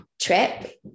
trip